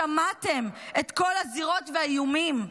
שמעתם את כל הזירות והאיומים.